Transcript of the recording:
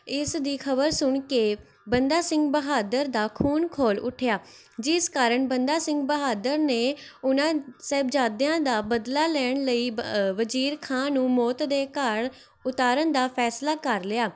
ਇਸ ਦੀ ਖਬਰ ਸੁਣ ਕੇ ਬੰਦਾ ਸਿੰਘ ਬਹਾਦਰ ਦਾ ਖੂਨ ਖੌਲ ਉੱਠਿਆ ਜਿਸ ਕਾਰਨ ਬੰਦਾ ਸਿੰਘ ਬਹਾਦਰ ਨੇ ਉਹਨਾਂ ਸਾਹਿਬਜ਼ਾਦਿਆਂ ਦਾ ਬਦਲਾ ਲੈਣ ਲਈ ਵ ਵਜ਼ੀਰ ਖ਼ਾਂ ਨੂੰ ਮੌਤ ਦੇ ਘਾਟ ਉਤਾਰਨ ਦਾ ਫੈਸਲਾ ਕਰ ਲਿਆ